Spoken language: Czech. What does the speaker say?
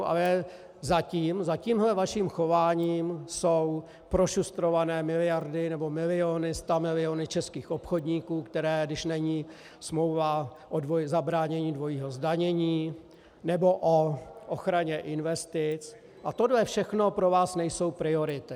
Ale za tímhle vaším chováním jsou prošustrované miliardy nebo miliony, stamiliony českých obchodníků, které, když není smlouva o zabránění dvojího zdanění nebo o ochraně investic a tohle všechno pro vás nejsou priority.